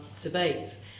debates